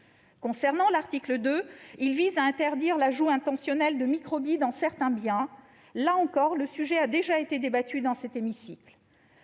2, quant à lui, vise à interdire l'ajout intentionnel de microbilles dans certains biens. Là encore, le sujet a déjà été débattu dans cet hémicycle.